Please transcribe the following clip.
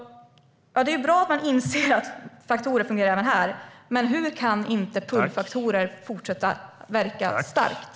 Det är bra att man inser att faktorer fungerar även här, men hur kan pull-faktorer inte fortsätta att verka starkt?